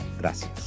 Gracias